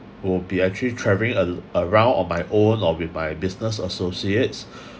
will be actually travelling around on my own or with my business associates